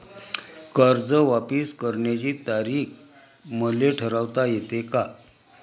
कर्ज वापिस करण्याची तारीख मले ठरवता येते का?